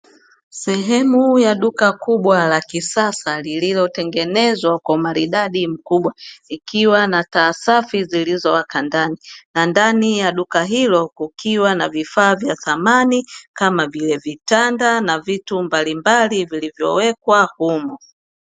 Sehemu ya duka kubwa la kisasa lililotengenezwa kwa umaridadi mkubwa ikiwa na taa safi zilizowaka ndani, na ndani ya duka hilo kukiwa na vifaa vya samanì kam vile vitanda na vitu mbalimbali vilivyowekwa humo.